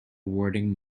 wording